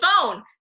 phone